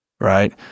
right